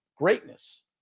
greatness